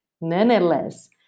Nonetheless